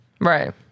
Right